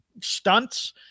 stunts